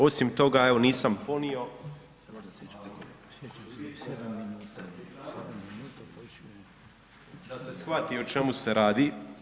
Osim toga evo nisam ponio … [[Govornik je isključen, ne razumije se]] da se shvati o čemu se radi.